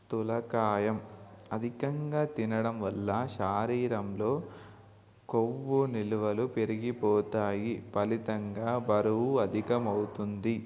స్థూలకాయం అధికంగా తినడం వల్ల శరీరంలో కొవ్వు నిలువలు పెరిగిపోతాయి ఫలితంగా బరువు అధికమవుతుంది